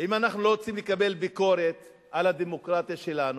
ואם אנחנו לא רוצים לקבל ביקורת על הדמוקרטיה שלנו,